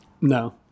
No